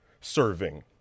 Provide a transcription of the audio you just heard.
Serving